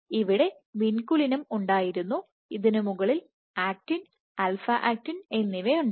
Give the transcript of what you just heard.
ഇവിടെ വിൻകുലിനും ഉണ്ടായിരുന്നു ഇതിനു മുകളിൽ ആക്റ്റിൻ ആൽഫ ആക്റ്റിൻα Actin എന്നിവയുണ്ട്